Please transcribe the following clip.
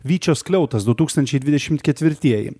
vyčio skliautas du tūkstančiai dvidešimt ketvirtieji